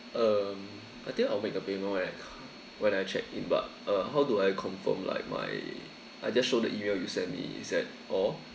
um I think I'll make the payment when I c~ when I check in but uh how do I confirm like my I just show the email you sent me is that all